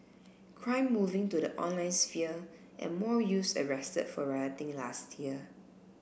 crime moving to the online sphere and more youths arrested for rioting last year